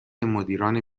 مدیران